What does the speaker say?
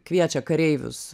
kviečia kareivius